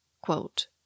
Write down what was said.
Quote